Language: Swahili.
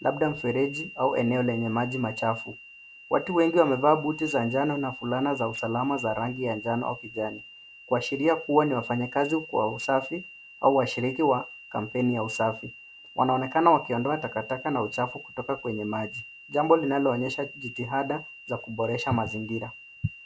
labda mfereji au eneo lenye maji machafu. Watu wengi wamevaa buti za jano na fulana za usalamana za rangi ya kijano au kijani kuashiria kuwa ni wafanya kazi wa usafia au washiriki wa kampeni ya usafi ,wanaonekana wakiondoa takataka na uchafu kutoka kwenye maji jambo linaloonyesha jitihada za kuboresha mazingira.